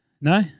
No